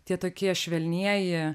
tie tokie švelnieji